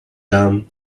down